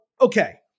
okay